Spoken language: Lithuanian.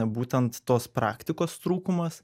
būtent tos praktikos trūkumas